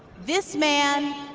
this man,